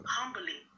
humbly